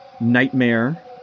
nightmare